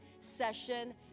session